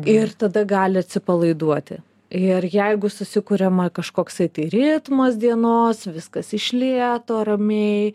ir tada gali atsipalaiduoti ir jeigu susikuriama kažkoksai tai ritmas dienos viskas iš lėto ramiai